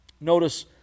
Notice